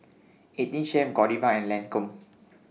eighteen Chef Godiva and Lancome